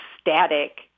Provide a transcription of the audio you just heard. static